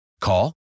Call